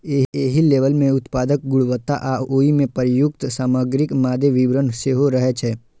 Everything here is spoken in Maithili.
एहि लेबल मे उत्पादक गुणवत्ता आ ओइ मे प्रयुक्त सामग्रीक मादे विवरण सेहो रहै छै